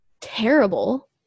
terrible